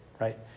Right